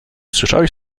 słyszałeś